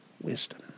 wisdom